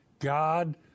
God